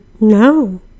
No